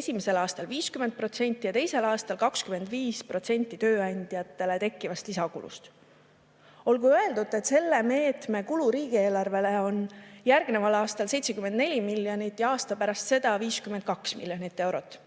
esimesel aastal 50% ja teisel aastal 25% tööandjatele tekkivast lisakulust. Olgu öeldud, et selle meetme kulu riigieelarvele on järgneval aastal 74 miljonit ja aasta pärast seda 52 miljonit eurot.